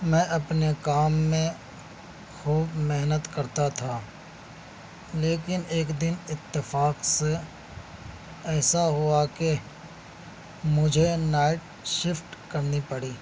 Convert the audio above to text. میں اپنے کام میں خوب محنت کرتا تھا لیکن ایک دن اتفاق سے ایسا ہوا کہ مجھے نائٹ شفٹ کرنی پڑی